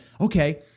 okay